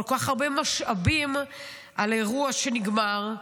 כל כך הרבה משאבים על אירוע שנגמר,